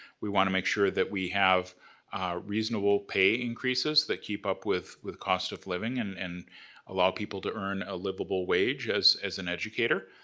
we wanna make sure that we have reasonable pay increases that keep up with with cost of living and and allow people to earn a livable wage, as as an educator.